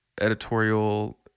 editorial